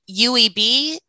UEB